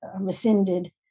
rescinded